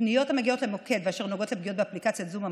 בפניות המגיעות למוקד אשר נוגעות לפגיעות באפליקציית זום,